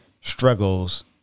struggles